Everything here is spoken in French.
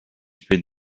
fait